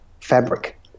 fabric